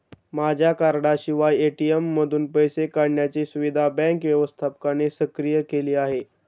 माझ्या कार्डाशिवाय ए.टी.एम मधून पैसे काढण्याची सुविधा बँक व्यवस्थापकाने सक्रिय केली आहे